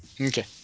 Okay